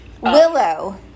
Willow